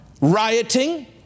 rioting